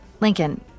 Lincoln